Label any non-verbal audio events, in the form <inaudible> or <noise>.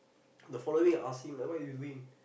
<noise> the following week like ask him like what are you doing